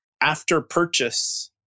after-purchase